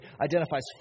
identifies